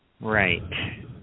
Right